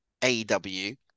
AEW